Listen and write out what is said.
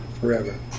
forever